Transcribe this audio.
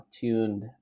tuned